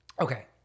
Okay